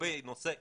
לגבי נושא X,